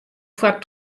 foar